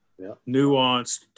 nuanced